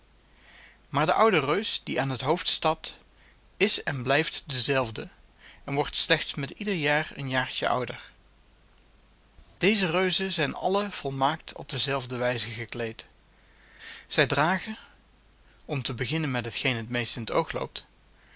maar de oude reus die aan t hoofd stapt is en blijft dezelfde en wordt slechts met ieder jaar een jaartjen ouder deze reuzen zijn alle volmaakt op dezelfde wijze gekleed zij dragen om te beginnen met hetgeen het meest in t oog